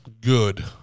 good